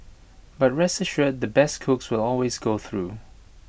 but rest assured the best cooks will always go through